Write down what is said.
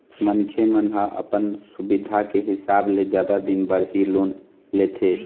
मनखे मन ह अपन सुबिधा के हिसाब ले जादा दिन बर ही लोन लेथे